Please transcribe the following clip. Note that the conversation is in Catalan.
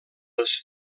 les